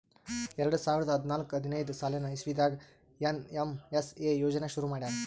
ಎರಡ ಸಾವಿರದ್ ಹದ್ನಾಲ್ಕ್ ಹದಿನೈದ್ ಸಾಲಿನ್ ಇಸವಿದಾಗ್ ಏನ್.ಎಮ್.ಎಸ್.ಎ ಯೋಜನಾ ಶುರು ಮಾಡ್ಯಾರ್